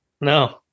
no